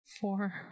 Four